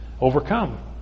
overcome